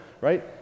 right